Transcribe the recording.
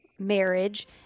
marriage